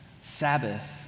Sabbath